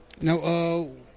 No